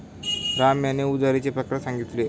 राम यांनी उधारीचे प्रकार सांगितले